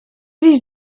these